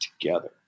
together